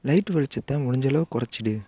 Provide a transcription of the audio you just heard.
light வெளிச்சத்தை முடிஞ்சளவு குறச்சிடு